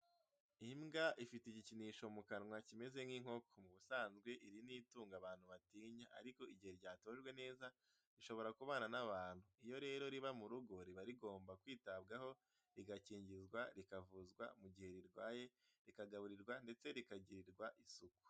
Imbwa ifite igikinisho mu kanwa kimeze nk'inkoko, mu busanzwe iri ni itungo abantu batinya, ariko igihe ryatojwe neza rishobora kubana n'abantu iyo rero riba mu rugo riba rigomba kwitabwaho rigakingizwa rikavuzwa mu gihe rirwaye rikagaburirwa ndetse rikagirirwa isuku.